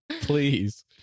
Please